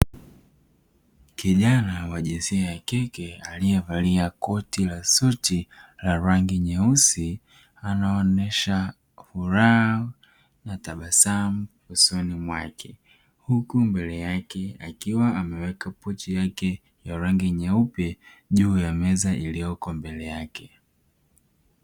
Kijana wa jinsia ya kike aliyevalia koti la suti la rangi nyeusi, anaonesha furaha na tabasamu usoni mwake, huku mbele yake akiwa ameweka pochi yake ya rangi nyeupe juu ya meza iliyopo mbele yake.